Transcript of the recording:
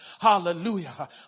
Hallelujah